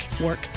work